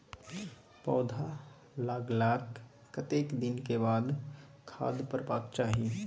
पौधा लागलाक कतेक दिन के बाद खाद परबाक चाही?